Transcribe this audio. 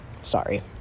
Sorry